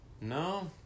No